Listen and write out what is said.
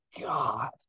God